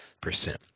percent